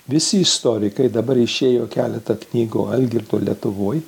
visi istorikai dabar išėjo keletą knygų algirdo lietuvoj